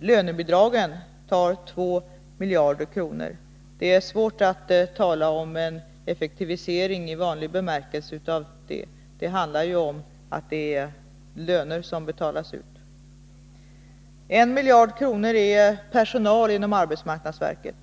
Lönebidragen tar 2 miljarder. Det är svårt att tala om en effektivisering i vanlig bemärkelse här. Det handlar ju om löner som betalas ut. En miljard är för personal inom arbetsmarknadsverket.